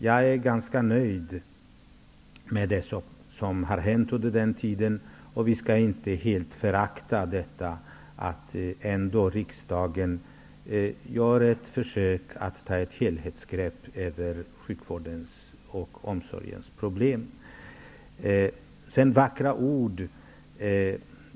Själv är jag ganska nöjd med det som har hänt under den här tiden. Vi skall inte förakta riksdagen, som ändå gör ett försök att ta ett helhetsgrepp om problemen inom sjukvården och omsorgen. Det talas här om vackra ord.